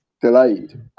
delayed